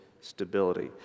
stability